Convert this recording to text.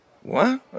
What